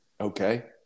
Okay